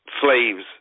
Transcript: slaves